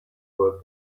work